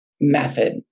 method